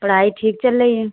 पढ़ाई ठीक चल रही है